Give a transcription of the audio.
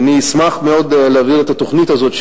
אני אשמח מאוד להעביר את התוכנית הזאת,